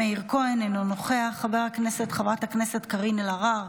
מאיר כהן, אינו נוכח, חברת הכנסת קארין אלהרר,